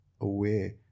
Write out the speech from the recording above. aware